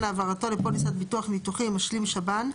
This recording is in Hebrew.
העברתו לפוליסת ביטוח ניתוחים "משלים שב"ן".